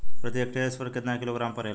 प्रति हेक्टेयर स्फूर केतना किलोग्राम परेला?